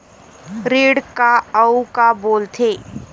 ऋण का अउ का बोल थे?